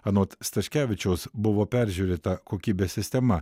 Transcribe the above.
anot staškevičiaus buvo peržiūrėta kokybės sistema